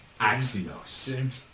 Axios